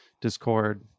Discord